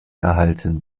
erhalten